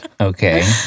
Okay